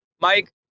mike